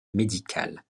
médicale